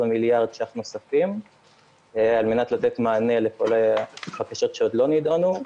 מיליארד ש"ח נוספים על מנת לתת מענה לכל הבקשות שלא נידונו,